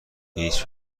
هیچ